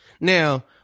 Now